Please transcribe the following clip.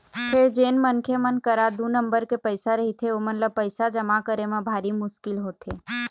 फेर जेन मनखे मन करा दू नंबर के पइसा रहिथे ओमन ल पइसा जमा करे म भारी मुसकिल होथे